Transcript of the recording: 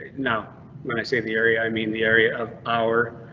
now when i say the area, i mean the area of our.